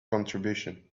contribution